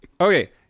okay